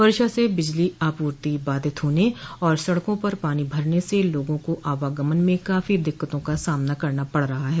वर्षा से बिजली आपूर्ति बाधित होने और सड़कों पर पानी भरने से लोगों को आवागमन में काफी दिक्कतों का सामना करना पड़ रहा है